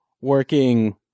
working